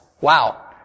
Wow